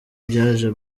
byaje